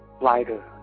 lighter